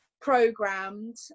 programmed